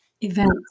event